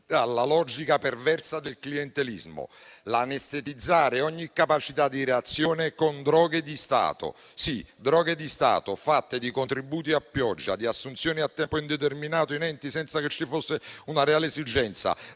logica perversa del clientelismo. Anestetizzare ogni capacità di reazione con droghe di Stato - sì, droghe di Stato - fatte di contributi a pioggia, di assunzioni a tempo indeterminato in enti senza che vi fosse una reale esigenza,